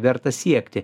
verta siekti